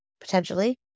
potentially